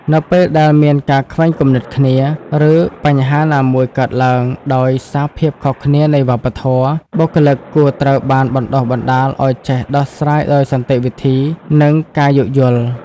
នៅពេលដែលមានការខ្វែងគំនិតគ្នា ឬបញ្ហាណាមួយកើតឡើងដោយសារភាពខុសគ្នានៃវប្បធម៌ បុគ្គលិកគួរត្រូវបានបណ្តុះបណ្តាលឱ្យចេះដោះស្រាយដោយសន្តិវិធី និងការយោគយល់។